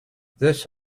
this